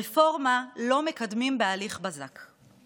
רפורמה לא מקדמים בהליך בזק.